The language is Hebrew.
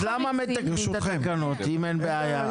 אז למה למתקנים את התקנות אם אין בעיה?